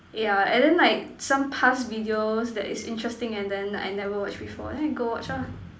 yeah and then like some past videos that is interesting and then I never watch before then I go watch lah